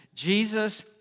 Jesus